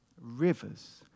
rivers